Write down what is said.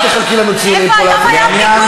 אל תחלקי לנו פה ציונים לאף אחד.